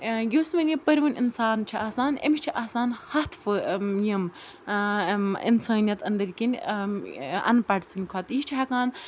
یُس وۄنۍ یہِ پٔرۍوُن اِنسان چھِ آسان أمِس چھِ آسان ہَتھ فٲ یِم اِنسٲنیت أنٛدٕرۍ کِنۍ اَن پَڑھ سٕنٛدِ کھۄتہٕ یہِ چھِ ہٮ۪کان